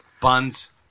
Buns